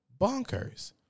bonkers